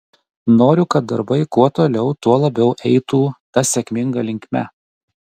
noriu kad darbai kuo toliau tuo labiau eitų ta sėkminga linkme